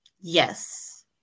Yes